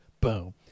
boom